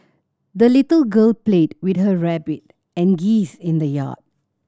the little girl played with her rabbit and geese in the yard